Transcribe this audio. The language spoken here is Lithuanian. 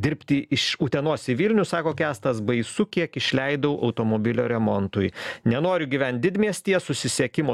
dirbti iš utenos į vilnių sako kęstas baisu kiek išleidau automobilio remontui nenoriu gyvent didmiestyje susisiekimo